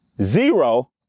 zero